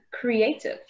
creative